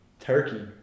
turkey